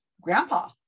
grandpa